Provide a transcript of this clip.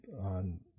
on